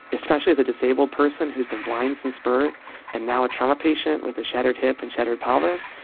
especially as a disabled person who has been blind since birth and now a trauma patient with a shattered hip and shattered pelvis,